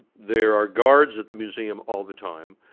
there are guards at the museum all the time.